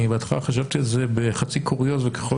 אני בהתחלה חשבתי על זה בחצי קוריוז וככל